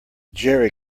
jerry